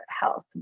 health